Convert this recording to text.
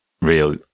real